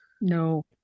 No